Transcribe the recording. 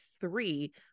three